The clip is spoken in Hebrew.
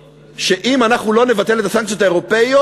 שאם אנחנו לא נבטל את הסנקציות האירופיות,